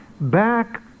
back